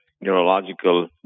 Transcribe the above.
neurological